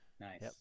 Nice